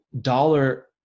dollar